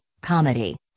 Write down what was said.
Comedy